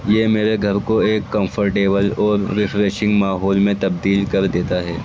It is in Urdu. یہ میرے گھر کو ایک کمفرٹیبل اور ریفریشنگ ماحول میں تبدیل کر دیتا ہے